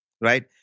right